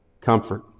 Comfort